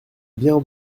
bien